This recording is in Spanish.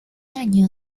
año